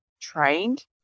trained